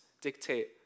dictate